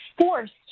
forced